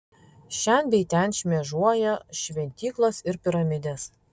šen bei ten šmėžuoja šventyklos ir piramidės